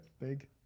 Big